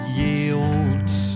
yields